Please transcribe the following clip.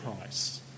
price